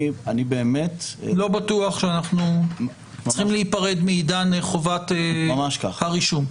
לא בטוח שאנחנו צריכים להיפרד מעידן חובת הרישום.